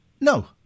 No